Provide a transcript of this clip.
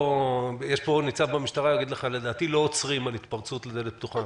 לא עוצרים על התפרצות לדלת פתוחה,